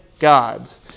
gods